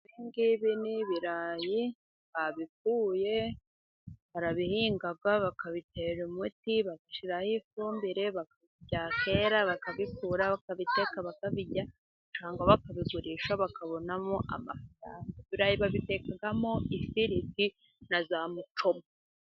Ibi ngibi ni ibirayi babikuye. Barabihinga, bakabitera umuti, bagashyiraho ifumbire, byakera bakabikura bakabiteka, bakabijyana bakabigurisha bakabonamo amafaranga cyangwa babitekamo ifiriti na za mucoma.